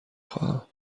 خواهم